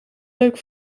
leuk